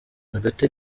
agathe